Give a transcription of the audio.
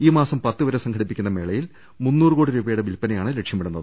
ഈമാസം പത്തുവരെ സംഘടിപ്പിക്കുന്ന മേള യിൽ മുന്നൂറ് കോടി രൂപയുടെ വില്പനയാണ് ലക്ഷ്യമിടുന്നത്